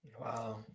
wow